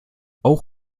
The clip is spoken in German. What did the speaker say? auch